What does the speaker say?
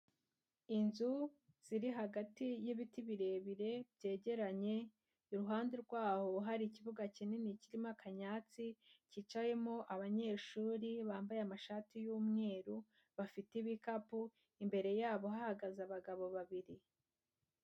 Inzu ziri hagati y'ibiti birebire byegeranye, iruhande rwaho hari ikibuga kinini kirimo akanyatsi, cyicayemo abanyeshuri bambaye amashati y'umweru, bafite ibikapu, imbere yabo hahagaze abagabo babiri.